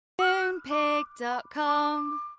Moonpig.com